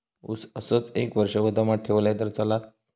ऊस असोच एक वर्ष गोदामात ठेवलंय तर चालात?